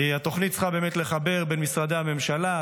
התוכנית צריכה באמת לחבר בין משרדי הממשלה,